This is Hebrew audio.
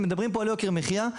מדברים פה על יוקר המחייה,